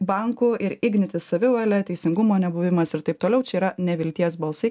bankų ir ignitis savivalė teisingumo nebuvimas ir taip toliau čia yra nevilties balsai